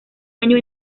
año